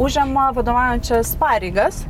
užima vadovaujančias pareigas